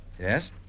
Yes